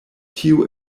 tio